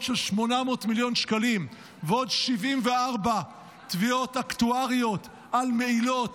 של 800 מיליון שקלים ועוד 74 תביעות אקטואריות על מעילות,